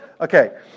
okay